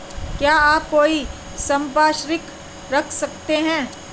क्या आप कोई संपार्श्विक रख सकते हैं?